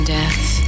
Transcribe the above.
death